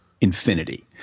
infinity